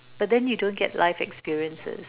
but then you don't get life experiences